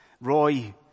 Roy